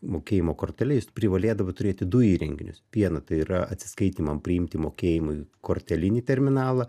mokėjimo kortele jis privalėdavo turėti du įrenginius pieną tai yra atsiskaitymam priimti mokėjimui kortelinį terminalą